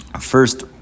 first